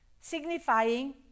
signifying